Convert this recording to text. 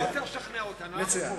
לא צריך לשכנע אותנו, אנחנו פה.